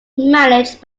managed